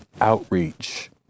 Outreach